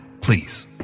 please